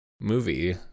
movie